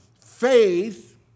faith